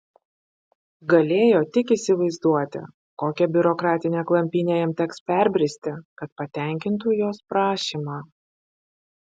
galėjo tik įsivaizduoti kokią biurokratinę klampynę jam teks perbristi kad patenkintų jos prašymą